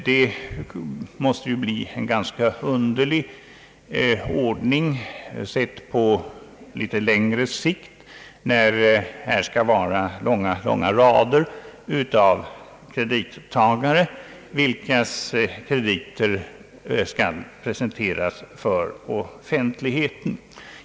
Det måste bli en ganska underlig ordning sett på litet längre sikt, när långa, långa rader av kredittagare får krediter presenterade för offentligheten.